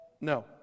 No